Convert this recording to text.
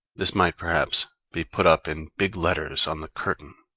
this might, perhaps, be put up in big letters on the curtain.